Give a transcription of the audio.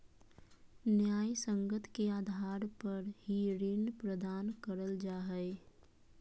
न्यायसंगत के आधार पर ही ऋण प्रदान करल जा हय